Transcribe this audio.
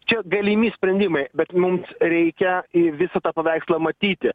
čia galimi sprendimai bet mums reikia į visą tą paveikslą matyti